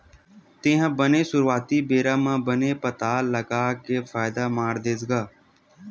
तेहा बने सुरुवाती बेरा म बने पताल लगा के फायदा मार देस गा?